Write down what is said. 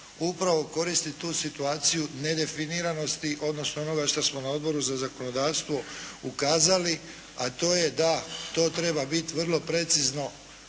upravo koristi tu situaciju nedefiniranosti odnosno onoga što smo na Odboru za zakonodavstvo ukazali, a to je da to treba biti vrlo precizno